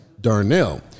Darnell